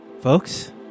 folks